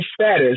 status